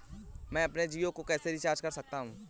मैं अपने जियो को कैसे रिचार्ज कर सकता हूँ?